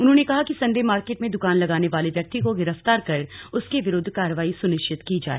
उन्होंने कहा कि संडे मार्केट में दुकान लगाने वाले व्यक्ति को गिरफ्तार कर उसके विरूद्व कार्रवाई सुनिश्चित की जाए